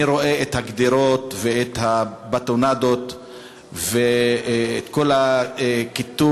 אני רואה את הגדרות ואת הבטונדות ואת כל הכיתור,